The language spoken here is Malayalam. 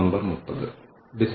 എന്റെ പേര് ആരാധന മാലിക്